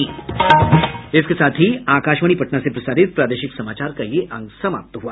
इसके साथ ही आकाशवाणी पटना से प्रसारित प्रादेशिक समाचार का ये अंक समाप्त हुआ